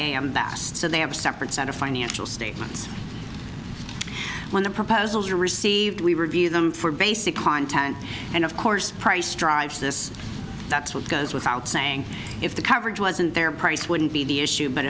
bassed so they have a separate set of financial statements when the proposals are received we review them for basic content and of course price drives this that's what goes without saying if the coverage wasn't there price wouldn't be the issue but